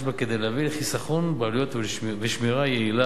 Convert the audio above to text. יש בה כדי להביא לחיסכון בעלויות ולשמירה יעילה